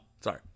Sorry